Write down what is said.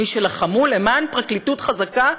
מי שלחמו למען פרקליטות חזקה,